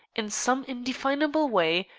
in some indefinable way,